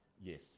Yes